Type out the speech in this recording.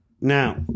Now